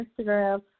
Instagram